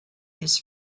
his